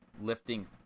lifting